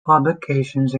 publications